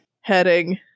Heading